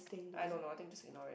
I don't know I think just ignore it